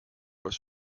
was